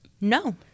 No